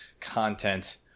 content